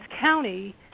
County